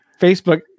Facebook